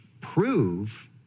prove